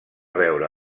veure